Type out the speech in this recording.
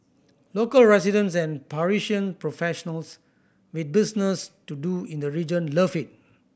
local residents and Parisian professionals with business to do in the region love it